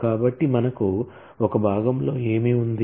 కాబట్టి మనకు ఒక భాగంలో ఏమి ఉంది